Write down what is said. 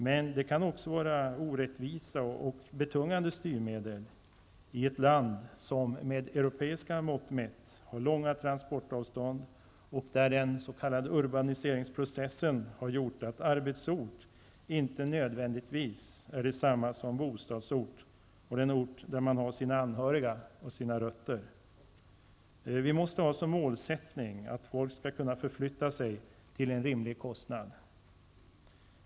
Men det kan också vara orättvisa och betungande styrmedel i ett land som, med europeiska mått mätt, har långa transportavstånd och där den s.k. urbaniseringsprocessen har gjort att arbetsort inte nödvändigtvis är detsamma som bostadsort och den ort där man har sina anhöriga och sina rötter. Vi måste ha som målsättning att folk skall kunna förflytta sig till en rimlig kostnad.